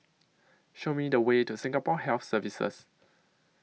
Show Me The Way to Singapore Health Services